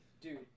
dude